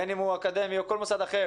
בין אם הוא אקדמי או כל מוסד אחר,